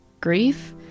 grief